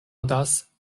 aŭdas